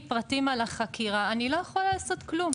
פרטים על החקירה אני לא יכולה לעשות כלום.